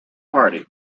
party